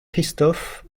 christophe